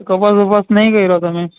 કપાસ બપાસ નહીં કર્યો તમે